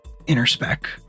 Interspec